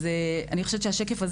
(שקף: